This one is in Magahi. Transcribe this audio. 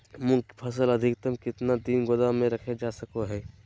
मूंग की फसल अधिकतम कितना दिन गोदाम में रखे जा सको हय?